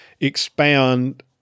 expand